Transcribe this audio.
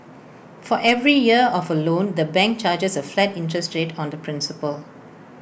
for every year of A loan the bank charges A flat interest rate on the principal